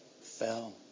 fell